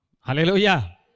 Hallelujah